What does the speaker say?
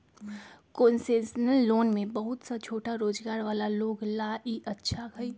concessional loan में बहुत सा छोटा रोजगार वाला लोग ला ई अच्छा हई